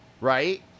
right